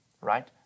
right